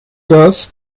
das